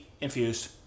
infused